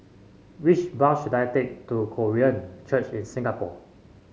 which bus should I take to Korean Church in Singapore